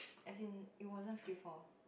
as in it wasn't free fall